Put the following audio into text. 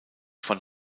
von